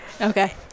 Okay